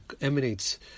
emanates